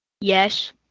Yes